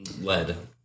Lead